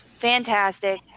fantastic